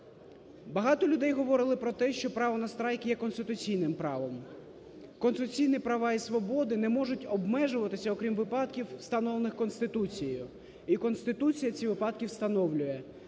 Багато людей говорили про те, що право на страйк є конституційним правом. Конституційні права і свободи не можуть обмежуватися, окрім випадків, встановлених Конституцією. І Конституція ці випадки встановлює.